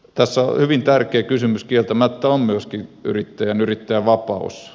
tässä hyvin tärkeä kysymys kieltämättä on myöskin yrittäjän vapaus